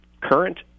Current